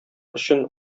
өчен